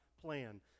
plan